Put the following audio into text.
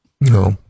No